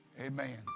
amen